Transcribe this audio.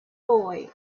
boy